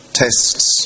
tests